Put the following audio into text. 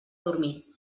dormir